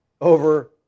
over